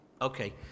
Okay